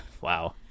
wow